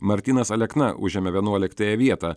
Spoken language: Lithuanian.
martynas alekna užėmė vienuoliktąją vietą